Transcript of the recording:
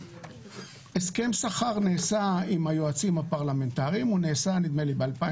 הסכם שכר נעשה עם היועצים הפרלמנטריים ב-2016.